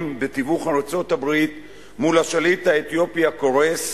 בתיווך ארצות-הברית מול השליט האתיופי הקורס,